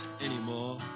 anymore